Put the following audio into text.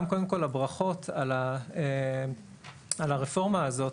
גם לברכות על הרפורמה הזו,